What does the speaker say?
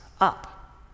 up